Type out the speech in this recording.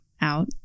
out